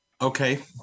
Okay